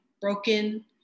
broken